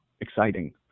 exciting